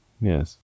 yes